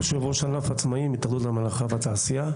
יושב ראש ענף עצמאיים, התאחדות המלאכה והתעשייה.